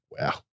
Wow